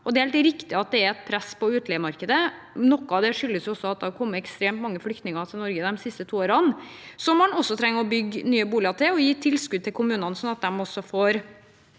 Det er helt riktig at det er et press på utleiemarkedet. Noe av det skyldes også at det har kommet ekstremt mange flyktninger til Norge de siste to årene. De trenger man også å bygge nye boliger til, og man må gi tilskudd til kommunene, sånn at de også får